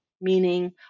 meaning